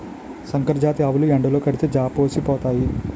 సంకరజాతి ఆవులు ఎండలో కడితే జాపోసిపోతాయి